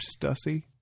Stussy